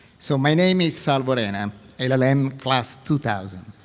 so my name is salvo arena um um class two thousand.